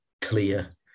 clear